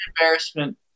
embarrassment